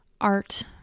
art